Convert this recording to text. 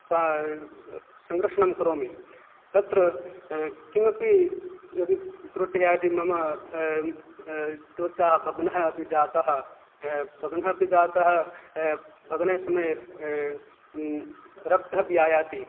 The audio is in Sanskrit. स्वाय् संरक्षणं करोमि तत्र किमपि यदि त्रुट्या यदि मम त्वचा भग्नः अपि जातः भग्नः अपि जातः भग्नसमये रक्तः अपि आयाति